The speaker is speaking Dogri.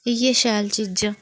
इ'यै शैल चीज़ां